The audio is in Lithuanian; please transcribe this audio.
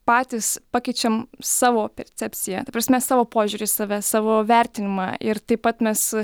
patys pakeičiam savo percepciją ta prasme savo požiūrį į save savo vertinimą ir taip pat mes